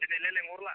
ए दिनैलाय लिंहरला